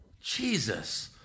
Jesus